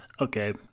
Okay